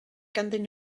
ganddyn